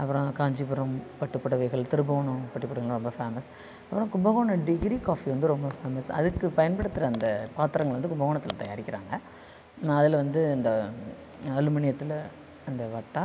அப்பறம் காஞ்சிபுரம் பட்டு புடவைகள் திருபுவனம் பட்டு புடவைகள்லாம் ரொம்ப ஃபேமஸ் அப்புறம் கும்பகோணம் டிகிரி காஃபி வந்து ரொம்ப ஃபேமஸ் அதுக்கு பயன்படுத்துகிற அந்த பாத்திரங்கள் வந்து கும்பகோணத்தில் தயாரிக்கிறாங்க நான் அதில் வந்து அந்த அலுமினியத்தில் அந்த வட்டா